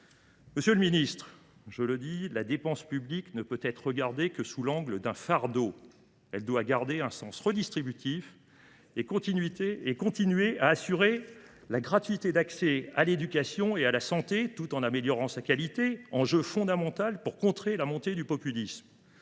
Monsieur le ministre, la dépense publique ne saurait être considérée seulement comme un fardeau ; elle doit garder un sens redistributif, et continuer à assurer la gratuité d’accès à l’éducation et à la santé, tout en améliorant sa qualité. C’est fondamental pour contrer la montée du populisme.